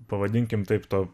pavadinkim taip to